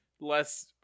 less